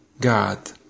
God